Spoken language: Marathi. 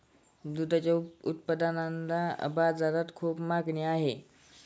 दुधाच्या उपपदार्थांना बाजारात खूप मागणी आहे